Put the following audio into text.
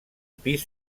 pis